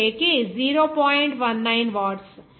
19 watts